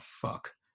fuck